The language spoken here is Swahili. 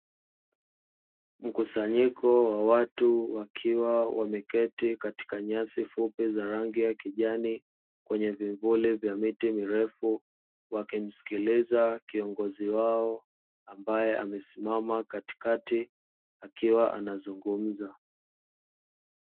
Mkusanyiko wa watu wakiwa wameketi katika nyasi fupi za rangi ya kijani kwenye vivuli vya miti mirefu, wakimsikiliza kiongozi wao ambae amesimama katikati akiwa anazungumza.